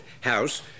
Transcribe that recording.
house